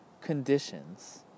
conditions